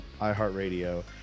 iHeartRadio